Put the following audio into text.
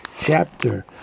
Chapter